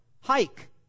hike